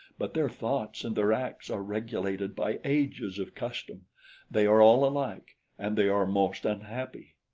but their thoughts and their acts are regulated by ages of custom they are all alike and they are most unhappy.